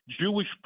Jewish